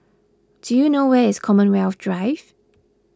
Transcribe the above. do you know where is Commonwealth Drive